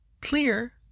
clear